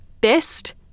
Best